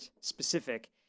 specific